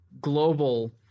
global